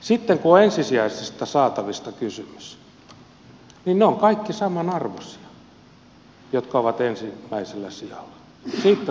sitten kun on ensisijaisista saatavista kysymys niin ne ovat kaikki samanarvoisia jotka ovat ensimmäisellä sijalla